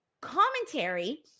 Commentary